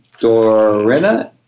Dorina